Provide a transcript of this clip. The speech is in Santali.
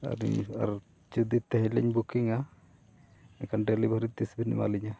ᱟᱹᱰᱤ ᱟᱨ ᱡᱩᱫᱤ ᱛᱮᱦᱮᱧ ᱞᱤᱧ ᱼᱟ ᱮᱱᱠᱷᱟᱱ ᱛᱤᱥᱵᱮᱱ ᱮᱢᱟ ᱞᱤᱧᱟ